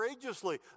courageously